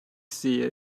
sehe